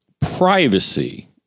privacy